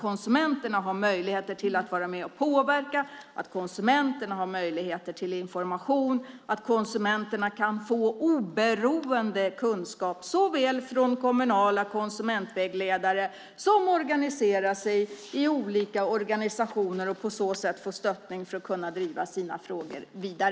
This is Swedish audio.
Konsumenterna måste ha möjligheter att vara med och påverka, ha möjligheter till information, kunna få oberoende kunskap såväl från kommunala konsumentvägledare som från olika organisationer och på så sätt få stöttning för att kunna driva sina frågor vidare.